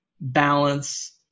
balance